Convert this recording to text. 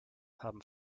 haben